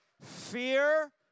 Fear